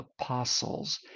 apostles